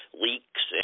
leaks